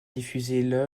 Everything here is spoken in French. diffusée